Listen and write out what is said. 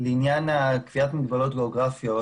לעניין קביעת מגבלות גיאוגרפיות.